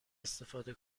استفاده